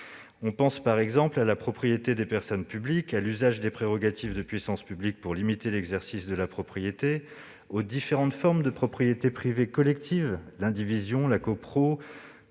Je pense, par exemple, à la propriété des personnes publiques, à l'usage de prérogatives de puissance publique pour limiter l'exercice de la propriété, aux différentes formes de propriété privée collective- l'indivision, la copropriété,